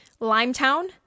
Limetown